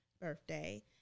birthday